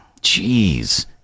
Jeez